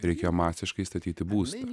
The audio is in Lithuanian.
reikėjo masiškai statyti būstą